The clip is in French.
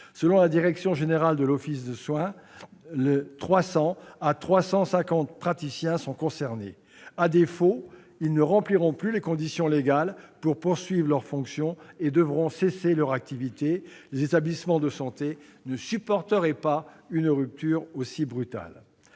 selon la direction générale de l'offre de soins -de deux ans, c'est-à-dire jusqu'au 31 décembre 2020. À défaut, ils ne rempliront plus les conditions légales pour poursuivre leurs fonctions et devront cesser leur activité. Les établissements de santé ne supporteraient pas une rupture aussi brutale.